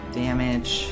damage